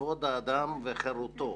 כבוד האדם וחירותו.